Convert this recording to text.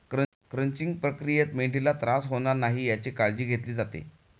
crunching प्रक्रियेत मेंढीला त्रास होणार नाही याची काळजी घेतली जाते